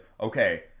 okay